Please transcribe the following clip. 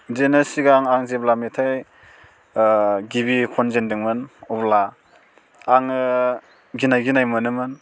बिदिनो सिगां आं जेब्ला मेथाइ गिबि खनजेनदोंमोन अब्ला आङो गिनाय गिनाय मोनोमोन